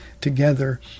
together